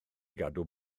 gadw